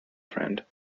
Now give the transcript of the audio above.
friend